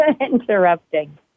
interrupting